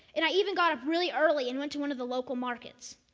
and i even got up really early and went to one of the local markets.